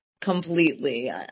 completely